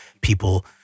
people